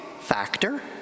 factor